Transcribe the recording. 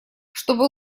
чтобы